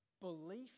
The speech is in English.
belief